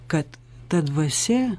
kad ta dvasia